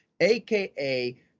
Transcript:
aka